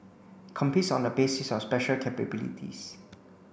it competes on the basis of special capabilities